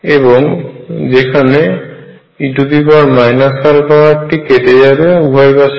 এবং এখনে e αr টি কেটে যাবে উভয় পাশে